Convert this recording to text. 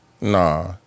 Nah